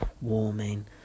warming